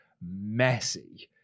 messy